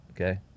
Okay